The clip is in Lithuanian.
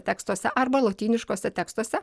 tekstuose arba lotyniškuose tekstuose